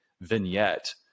vignette